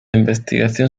investigación